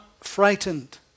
frightened